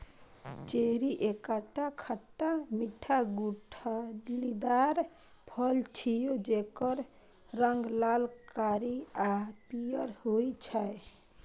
cherry एकटा खट्टा मीठा गुठलीदार फल छियै, जेकर रंग लाल, कारी आ पीयर होइ छै